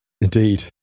Indeed